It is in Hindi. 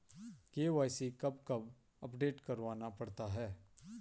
के.वाई.सी कब कब अपडेट करवाना पड़ता है?